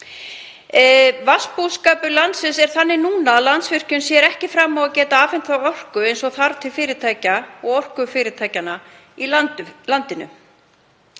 Vatnsbúskapur landsins er þannig núna að Landsvirkjun sér ekki fram á að geta afhent orku eins og þarf til fyrirtækja og orkufyrirtækjanna í landinu.